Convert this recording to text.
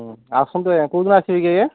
ହଁ ଆସନ୍ତୁ ଆଜ୍ଞା କୋଉଦିନ ଆସିବେ କି ଆଜ୍ଞା